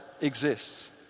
exists